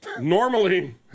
Normally